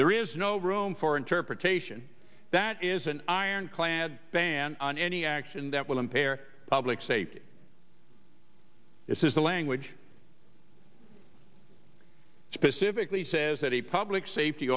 there is no room for interpretation that is an ironclad ban on any action that will impair public safety is the language specifically says that a public safety